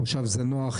מושב זנוח.